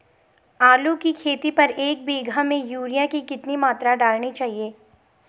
आलू की खेती पर एक बीघा में यूरिया की कितनी मात्रा डालनी चाहिए?